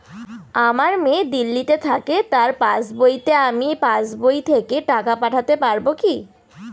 আমার মেয়ে দিল্লীতে থাকে তার পাসবইতে আমি পাসবই থেকে টাকা পাঠাতে পারব কি?